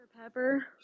Pepper